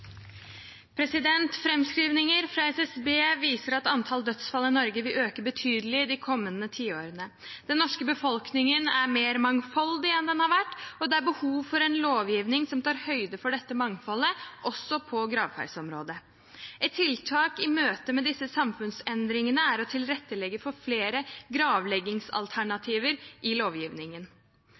fra SSB viser at antall dødsfall i Norge vil øke betydelig de kommende tiårene. Den norske befolkningen er mer mangfoldig enn den har vært, og det er behov for en lovgivning som tar høyde for dette mangfoldet, også på gravferdsområdet. Et tiltak i møte med disse samfunnsendringene er å tilrettelegge for flere gravleggingsalternativer i lovgivningen.